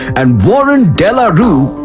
and, warren de la rue,